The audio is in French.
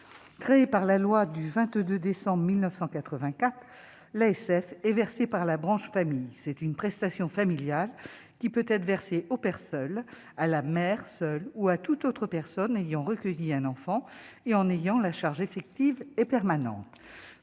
créé par la loi du 22 décembre 1984 l'ASF est versée par la branche famille, c'est une prestation familiale qui peut être versée aux personnes à la mer, seule ou à toute autre personne. Ayant recueilli un enfant et en ayant la charge effective et permanente,